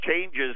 changes